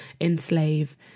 enslave